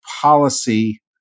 policy